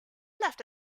left